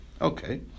okay